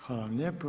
Hvala vam lijepo.